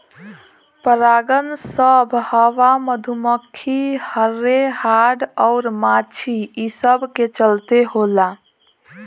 परागन सभ हवा, मधुमखी, हर्रे, हाड़ अउर माछी ई सब के चलते होला